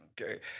okay